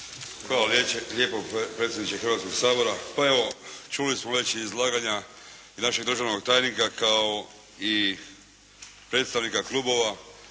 Hvala lijepo predsjedniče Hrvatskog sabora. Pa evo, čuli smo već iz izlaganja našeg državnog tajnika kao i predstavnika klubova